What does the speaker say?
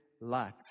light